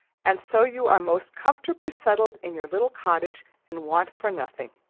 and so you are most comfortably settled in your little cottage and want for nothing!